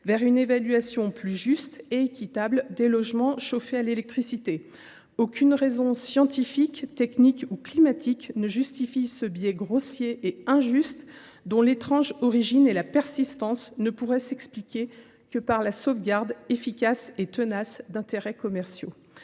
vers une évaluation plus juste et équitable des logements chauffés à l’électricité. Aucune raison scientifique, technique ou climatique ne justifie ce biais grossier et injuste dont l’étrange origine et la persistance ne pourraient s’expliquer que par la volonté tenace et efficace de sauvegarder certains intérêts commerciaux.